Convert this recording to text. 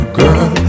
girl